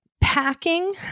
Packing